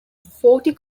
forty